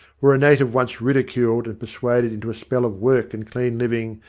were a native once ridiculed and persuaded into a spell of work and clean living,